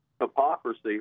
hypocrisy